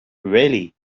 really